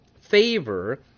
favor